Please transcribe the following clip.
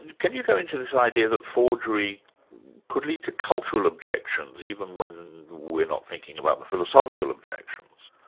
can you go into this idea that forgery could lead to cultural objections, even when we're not thinking about the philosophical objections.